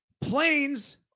Planes